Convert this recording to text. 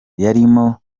yarimo